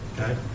okay